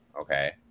Okay